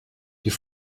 die